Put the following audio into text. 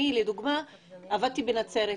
אני לדוגמה עבדתי בנצרת,